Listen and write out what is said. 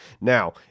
Now